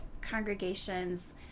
congregations